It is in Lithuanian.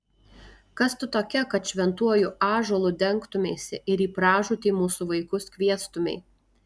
kas tu tokia kad šventuoju ąžuolu dengtumeisi ir į pražūtį mūsų vaikus kviestumei